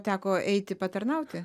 teko eiti patarnauti